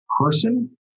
person